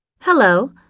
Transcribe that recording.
Hello